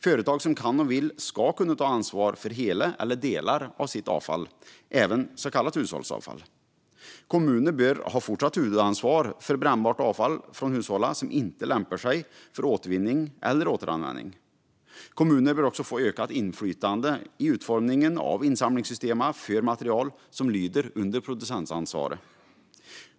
Företag som kan och vill ska kunna ta ansvar för hela eller delar av sitt avfall, även så kallat hushållsavfall. Kommuner bör ha fortsatt huvudansvar för brännbart avfall från hushållen som inte lämpar sig för återvinning eller återanvändning. Kommuner bör också få ett ökat inflytande i utformningen av insamlingssystemen för material som lyder under producentansvaret.